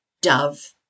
dove